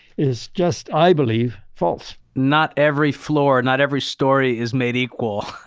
is just. i believe, false. not every floor, not every story is made equal.